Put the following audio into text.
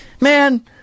man